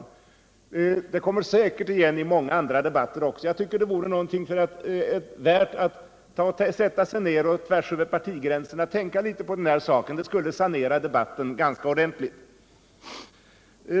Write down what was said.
Detta kommer säkert igen i många andra debatter. Det vore värt att sätta sig ner och tvärs över partigränserna tänka litet mer på denna sak — det skulle sanera debatten ganska ordentligt.